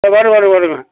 வரும் வரும் வருங்க